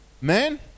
Man